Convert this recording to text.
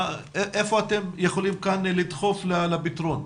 איפה אתם יכולים כאן לדחוף לפתרון?